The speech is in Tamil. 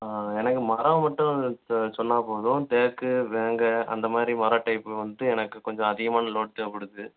எனக்கு மரம் மட்டும் இப்போ சொன்னால் போதும் தேக்கு வேங்கை அந்த மாதிரி மரம் டைப்பு வந்துட்டு எனக்கு கொஞ்சம் அதிகமான லோட் தேவைப்படுது